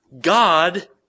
God